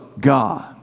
God